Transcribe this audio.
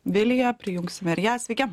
viliją prijungsim ir ją sveiki